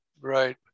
Right